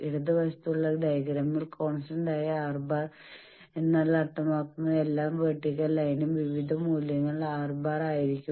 ഇടതുവശത്തുള്ള ഡയഗ്രാമിൽ കോൺസ്റ്റന്റായ R⁻ എന്നാൽ അർത്ഥമാക്കുന്നത് എല്ലാ വേർട്ടിക്കൽ ലൈനും വിവിധ മൂല്യങ്ങളുള്ള R ⁻ ആയിരിക്കാം